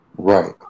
right